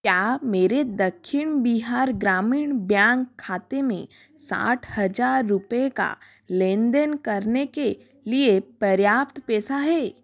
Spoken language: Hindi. क्या मेरे दक्षिण बिहार ग्रामीण ब्यांक खाते में साठ हज़ार रुपये का लेन देन करने के लिए पर्याप्त पैसा है